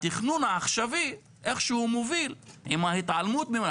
התכנון העכשווי איכשהו מוביל עם ההתעלמות.